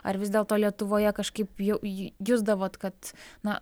ar vis dėlto lietuvoje kažkaip jau j jusdavot kad na